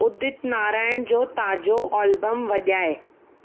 उदित नारायण जो ताज़ो ऑल्बम वॼाए